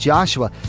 Joshua